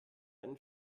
einen